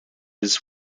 his